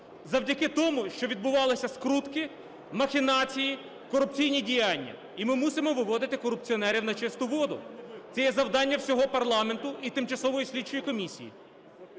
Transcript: завдяки тому, що відбувалися скрутки, махінації, корупційні діяння. І ми мусимо виводити корупціонерів на чисту воду – це є завдання всього парламенту і Тимчасової слідчої комісії.